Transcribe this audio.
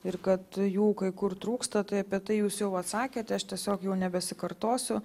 ir kad jų kai kur trūksta tai apie tai jūs jau atsakėt aš tiesiog jau nebesikartosiu